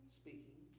speaking